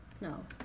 No